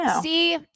see